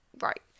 Right